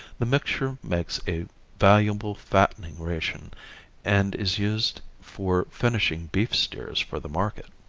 the mixture makes a valuable fattening ration and is used for finishing beef steers for the market.